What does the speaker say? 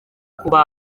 kuba